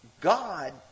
God